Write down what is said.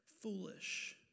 Foolish